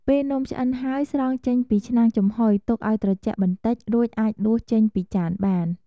ពេលនំឆ្អិនហើយ ស្រង់ចេញពីឆ្នាំងចំហុយ ទុកឱ្យត្រជាក់បន្តិច រួចអាចដួសចេញពីចានបាន។